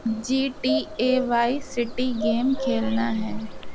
G T A Vice City game کھیلنا ہے